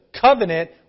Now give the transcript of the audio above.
covenant